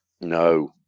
no